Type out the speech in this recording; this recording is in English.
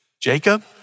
Jacob